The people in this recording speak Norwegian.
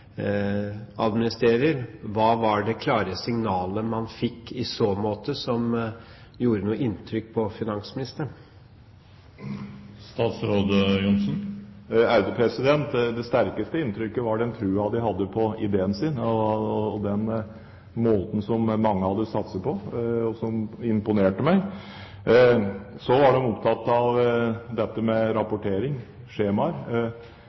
administrerer? Hva var det klare signalet man fikk i så måte som gjorde inntrykk på finansministeren? Det sterkeste inntrykket var den troen de hadde på ideen sin og den måten som mange hadde satset på. Det imponerte meg. Så var de opptatt av dette med rapportering, skjemaer,